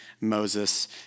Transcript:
Moses